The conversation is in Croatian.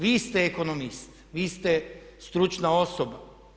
Vi ste ekonomist, vi ste stručna osoba.